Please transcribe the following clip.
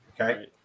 Okay